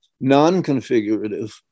non-configurative